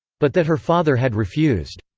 but that her father had refused.